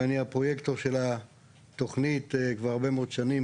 אני הפרויקטור של התוכנית כבר הרבה מאוד שנים,